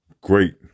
great